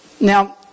now